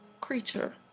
creature